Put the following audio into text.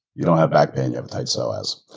you don't have back pain, you have a tight psoas.